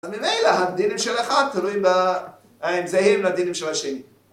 אז ממילא, הדינים של אחד תלויים באמצעים לדינים של השני.